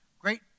Great